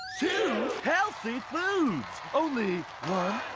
two healthy foods. only one,